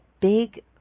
big